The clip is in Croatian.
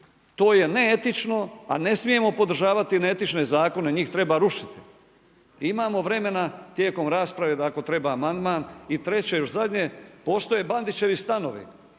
To je neetično a ne smijemo podržavati neetične zakone, njih treba rušiti, imamo vremena tijekom rasprave da ako treba amandman. I treće, još zadnje, postoje Bandićevi stanovi.